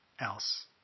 else